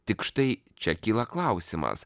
tik štai čia kyla klausimas